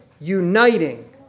uniting